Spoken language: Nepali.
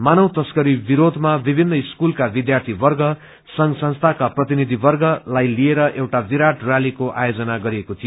मानव तस्करी विरोधमा विभिन्न स्कूलका विद्यार्थीक्ग संघ संस्थाक्रा प्रतिनिधिकर्गलाई लिएर एउटा विराट रैलीको आयोजन गरिएको थियो